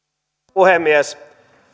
puhemies